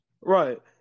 Right